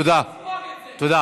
טוב שילדי מחוז תל אביב,